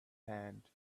hand